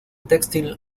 textile